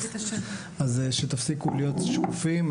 אז שתפסיקו להיות שקופים.